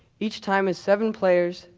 each time is seven players,